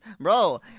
bro